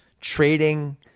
trading